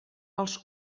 els